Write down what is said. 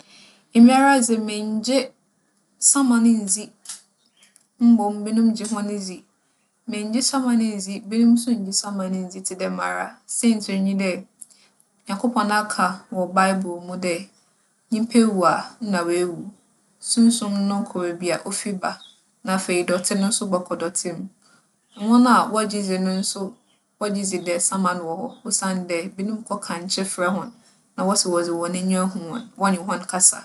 Emi ara dze, menngye saman nndzi, mbom binom gye hͻn dzi. Menngye saman nndzi, binom so nngye saman nndzi tse dɛ mara, siantsir nye dɛ, Nyankopͻn aka wͻ Baebor mu dɛ, nyimpa wu a nna oewu. Sunsum no kͻ beebi a ofi ba, na afei, dͻtse no so bͻkͻ dͻtse mu. Hͻn a wͻgye dzi no so wͻgye dzi dɛ saman wͻ hͻ osiandɛ binom kͻkankye frɛ hͻn. Na wͻse wͻdze hͻn enyiwa hu hͻn, wͻnye hͻn kasa.